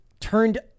turned